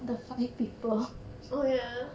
oh ya